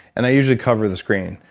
and i usually cover the screen,